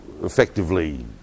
effectively